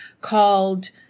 called